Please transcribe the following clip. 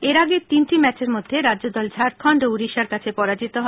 এর আগে তিনটি ম্যাচের মধ্যে রাজ্যদল ঝাড়খন্ড ও উড়িষ্যার কাছে পরাজিত হয়